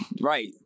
Right